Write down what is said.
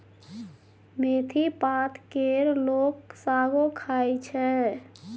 मेथी पात केर लोक सागो खाइ छै